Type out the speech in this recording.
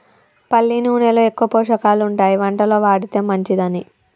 పల్లి నూనెలో ఎక్కువ పోషకాలు ఉంటాయి వంటలో వాడితే మంచిదని